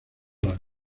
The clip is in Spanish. las